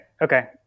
okay